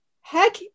Heck